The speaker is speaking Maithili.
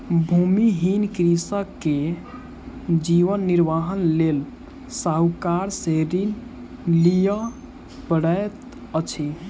भूमिहीन कृषक के जीवन निर्वाहक लेल साहूकार से ऋण लिअ पड़ैत अछि